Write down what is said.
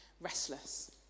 restless